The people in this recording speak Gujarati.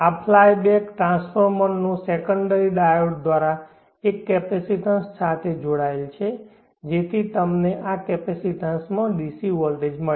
આ ફ્લાય બેક ટ્રાન્સફોર્મરનો સેકન્ડરીએ ડાયોડ દ્વારા એક કેપેસિટીન્સ સાથે જોડાયેલ છે જેથી તમને આ કેપેસિટીન્સમાં ડીસી વોલ્ટેજ મળે